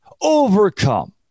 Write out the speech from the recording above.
overcome